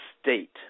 state